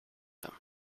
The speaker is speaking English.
them